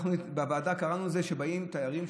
בוועדה קראנו לזה תיירים,